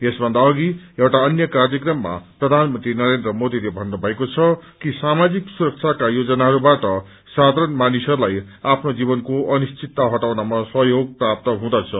यसथन्दा अघि एउटा अँन्य कार्यक्रममा प्रधानामंत्री नरेन्द्र मोदीले भन्नुभएको छ कि सामाजिक सुरक्षाक्रा योजनाइरूबाट ााधारण मानिसहरूलाई आफ्नो जीवनको अनिश्चितता हटाउनमा सहयोग प्राप्त हुँदछ